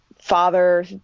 father